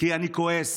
כי אני כועס.